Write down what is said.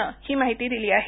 नं ही माहिती दिली आहे